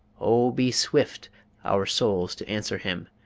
oh, be swift our souls to answer him,